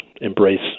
embrace